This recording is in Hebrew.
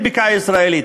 אין בקעה ישראלית,